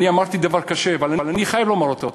אני אמרתי דבר קשה, אבל אני חייב לומר אותו,